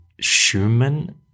Schumann